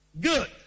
Good